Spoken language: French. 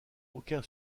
aucun